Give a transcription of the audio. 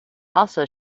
also